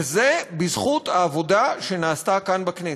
וזה בזכות העבודה שנעשתה כאן, בכנסת.